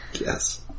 Yes